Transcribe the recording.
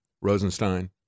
Rosenstein